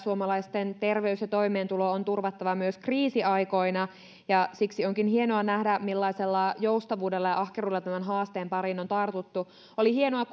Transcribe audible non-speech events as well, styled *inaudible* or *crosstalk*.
*unintelligible* suomalaisten terveys ja toimeentulo on turvattava myös kriisiaikoina ja siksi onkin hienoa nähdä millaisella joustavuudella ja ahkeruudella tämän haasteen pariin on tartuttu oli hienoa *unintelligible*